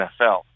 NFL